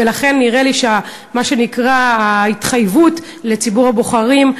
ולכן נראה לי שמה שנקרא ההתחייבות לציבור הבוחרים,